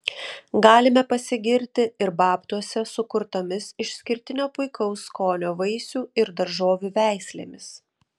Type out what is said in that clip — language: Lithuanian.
galime pasigirti ir babtuose sukurtomis išskirtinio puikaus skonio vaisių ir daržovių veislėmis